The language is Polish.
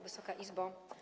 Wysoka Izbo!